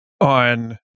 on